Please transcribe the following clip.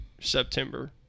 september